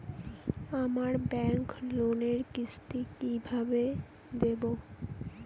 আমার ব্যাংক লোনের কিস্তি কি কিভাবে দেবো?